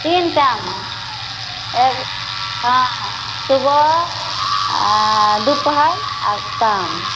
तीन टाइम एक हँ सुबह आ दुपहर आ शाम